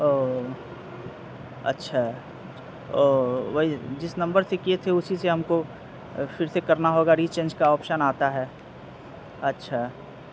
او اچھا او وہی جس نمبر سے کیے تھے اسی سے ہم کو پھر سے کرنا ہوگا ری چینج کا آپشن آتا ہے اچھا